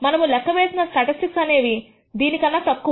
మనము లెక్క వేసిన స్టాటిస్టిక్స్ అనేది దీనికన్నా తక్కువ